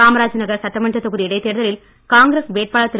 காமராஜ் நகர் சட்டமன்றத் தொகுதி இடைத்தேர்தலில் காங்கிரஸ் வேட்பாளர் திரு